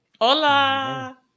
Hola